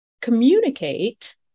communicate